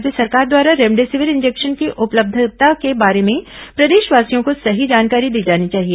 राज्य सरकार द्वारा रेमडेसिविर इंजेक्शन की उपलब्धता के बारे में प्रदेशवासियों को सही जानकारी दी जानी चाहिए